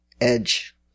edge